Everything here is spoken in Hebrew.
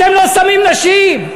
אתם לא שמים נשים?